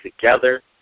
together